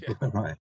Right